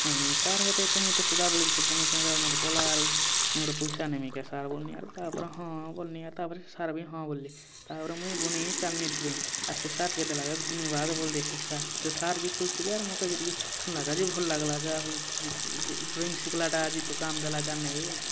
ନାଇ ସାର୍ ହେତେ ତ ମୁଇଁ ତ ସଦାବେଲେ ବି ତ ବନଉଛେଁ ହେଟା ମୋର୍ କଲା ଆରୁ ମୁଇଁ ଗୁଟେ ପଏସା ନେବି କେଁ ସାର୍ ବୋଏଲି ଆର୍ ତା'ର୍ପରେ ହଁ ବୋଏଲି ଆର୍ ତା'ର୍ପରେ ସାର୍ ବି ହଁ ବୋଏଲେ ତା'ର୍ପରେ ମୁଇଁ ବନେଇ ଚାଲ୍ଲି ଡ୍ରଇଂ ଆର୍ ସେ ସାର୍ କେ ଦେଲାକେ ଧନ୍ୟବାଦ୍ ବୋଏଲେ ସେ ସାର୍ ସେ ସାର୍ ବି ଖୁସ୍ ହେଲେ ଆର୍ ମକେ ବି ଟିକେ ଶୁଣ୍ଲା କା ଯେ ଭଲ୍ ଲାଗ୍ଲା ଯାହା ହେଉ ଟିକେ ଡ୍ରଇଂ ଶିଖ୍ଲାଟା ଆଜି ତ କାମ୍ ଦେଲା ଯାହା'ର୍ ନେ ବି